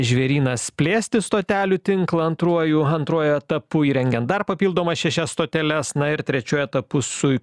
žvėrynas plėsti stotelių tinklą antruoju antruoju etapu įrengiant dar papildomas šešias stoteles na ir trečiu etapu su